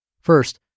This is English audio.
First